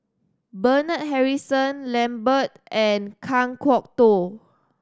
Bernard Harrison Lambert and Kan Kwok Toh